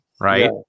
right